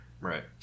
Right